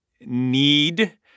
need